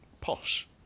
posh